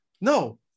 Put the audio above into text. no